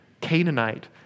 Canaanite